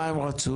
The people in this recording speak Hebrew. מה הם רצו?